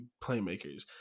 playmakers